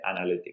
analytics